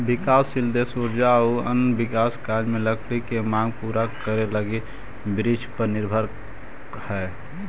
विकासशील देश ऊर्जा आउ अन्य विकास कार्य में लकड़ी के माँग पूरा करे लगी वृक्षपर निर्भर हइ